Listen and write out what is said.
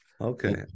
Okay